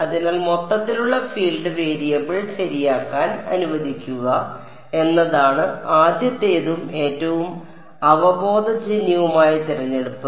അതിനാൽ മൊത്തത്തിലുള്ള field variable ശരിയാക്കാൻ അനുവദിക്കുക എന്നതാണ് ആദ്യത്തേതും ഏറ്റവും അവബോധജന്യവുമായ തിരഞ്ഞെടുപ്പ്